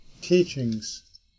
teachings